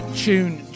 tune